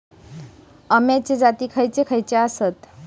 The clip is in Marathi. अम्याचे जाती खयचे खयचे आसत?